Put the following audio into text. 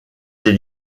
des